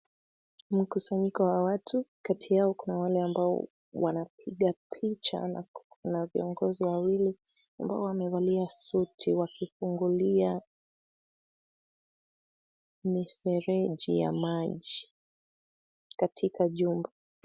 Mkusanyiko wa watu, kati yao kuna wale ambao wanapiga picha na viongozi wawili ambao wamevalia suti wakifungulia mifereji ya maji katika jumba.